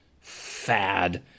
fad